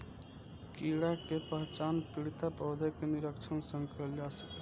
कीड़ा के पहचान पीड़ित पौधा के निरीक्षण सं कैल जा सकैए